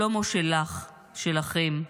שלמה שלך, שלכם,